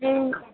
जों